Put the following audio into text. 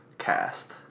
cast